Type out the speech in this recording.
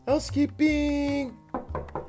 Housekeeping